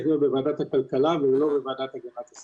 להיות בוועדת הכלכלה ולא בוועדת הגנת הסביבה.